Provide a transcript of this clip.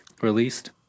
released